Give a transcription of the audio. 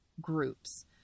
groups